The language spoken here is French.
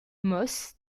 moss